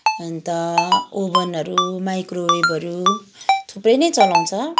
अन्त ओभनहरू माइक्रोवेभहरू थुप्रै नै चलाउँछ